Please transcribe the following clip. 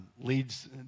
leads